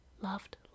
loved